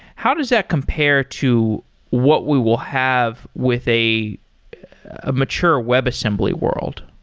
how does that compare to what we will have with a ah mature webassembly world?